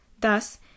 Thus